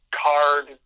card